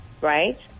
right